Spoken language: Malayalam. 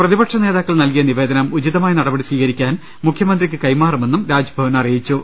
പ്രതിപക്ഷ നേതാക്കൾ നൽകിയ നിവേദനം ഉചി തമായ നടപടി സ്വീകരിക്കാൻ മുഖ്യമന്ത്രിക്ക് കൈമാറുമെന്നും രാജ്ഭവൻ അറിയി ച്ചു